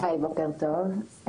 בוקר טוב.